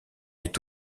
est